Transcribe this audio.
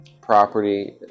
property